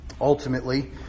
Ultimately